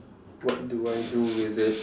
what do I do with it